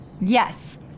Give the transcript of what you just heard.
Yes